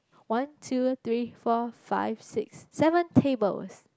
one two three four five six seven tables